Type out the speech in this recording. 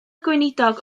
gweinidog